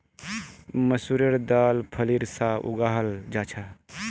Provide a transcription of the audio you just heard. मसूरेर दाल फलीर सा उगाहल जाहा